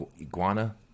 Iguana